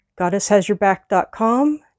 goddesshasyourback.com